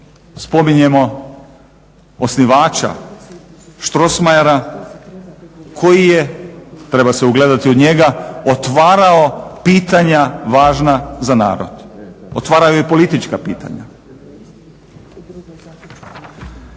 spominjemo osnivača Strossmayera koji je treba se ugledati u njega otvarao pitanja važna za narod, otvarao je i politička pitanja.